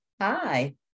Hi